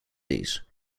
these